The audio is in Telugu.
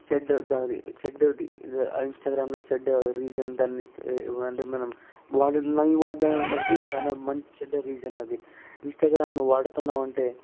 చెడ్డ దారి చెడ్డది దా ఇంస్టాగ్రామ్లో చెడ్డ రీజన్ దాన్ని ఏవంటే మనం వాడుతున్నాయి వాడటం అనడానికి చాలా మం చెడ్డ రీజన్ అది ఇంస్టాగ్రామ్ను వాడుతున్నాము అంటే